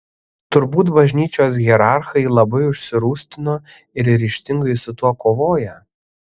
turbūt bažnyčios hierarchai labai užsirūstino ir ryžtingai su tuo kovoja